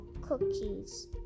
cookies